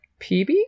PB